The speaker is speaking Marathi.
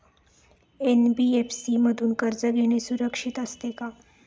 एन.बी.एफ.सी मधून कर्ज घेणे सुरक्षित असते का?